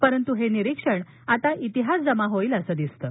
परंतु हे निरीक्षण आता इतिहास जमा होईल असं दिसतं